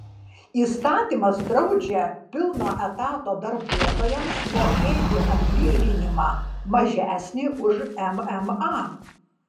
įstatymas draudžia pilno etato darbuotojams mokėti atlyginimą mažesnį už mma